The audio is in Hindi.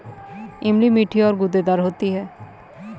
इमली मीठी और गूदेदार होती है